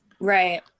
Right